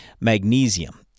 magnesium